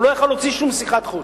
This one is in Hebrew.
הוא לא יוכל להוציא שום שיחת חוץ.